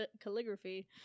calligraphy